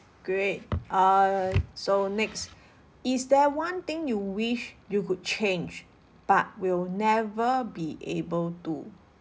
great err so next is there one thing you wish you could change but will never be able to